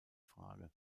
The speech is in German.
frage